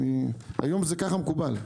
היום כך זה מקובל.